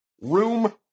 Room